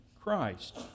Christ